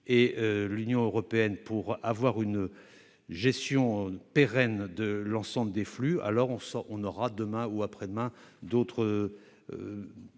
et l'Union européenne pour construire une gestion pérenne de l'ensemble des flux, alors nous aurons, demain ou après-demain, d'autres